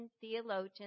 theologians